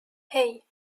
hei